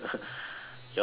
yours don't